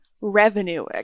revenue